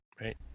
right